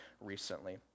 recently